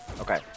Okay